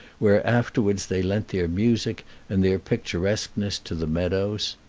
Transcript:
where afterwards they lent their music and their picturesqueness to the meadows.